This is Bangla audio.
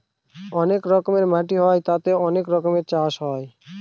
অনেক রকমের মাটি হয় তাতে অনেক রকমের চাষ হয়